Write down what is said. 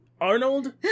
Arnold